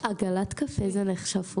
עגלת קפה זה נחשב פוד-טראק?